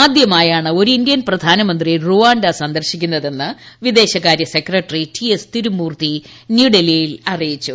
ആദ്യമായാണ് ഒരു ഇന്ത്യൻ പ്രധാനമന്ത്രി റുവാ സന്ദർശിക്കുന്നതെന്ന് വിദേശകാര്യ സെക്രട്ടറി ടി എസ് തിരുമൂർത്തി ന്യൂഡൽഹിയിൽ അറിയിച്ചു